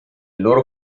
loro